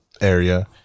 area